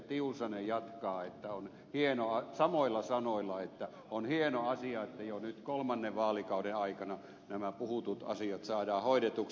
tiusanen jatkaa samoilla sanoilla että on hieno asia että jo nyt kolmannen vaalikauden aikana nämä puhutut asiat saadaan hoidetuksi